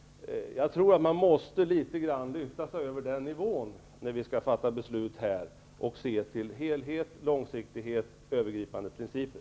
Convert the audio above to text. Jag tror att man måste höja sig litet över den nivån när vi skall fatta beslut här och se till helhet, långsiktighet och övergripande principer.